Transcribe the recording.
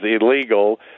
illegal